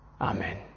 Amen